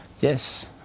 Yes